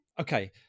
Okay